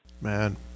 Man